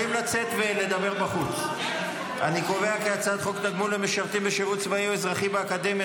אני קובע כי הצעת חוק תגמול למשרתים בשירות צבאי או אזרחי באקדמיה,